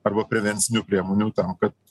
arba prevencinių priemonių tam kad